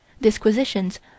Disquisitions